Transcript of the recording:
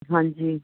ਹਾਂਜੀ